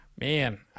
Man